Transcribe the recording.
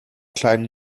kleinen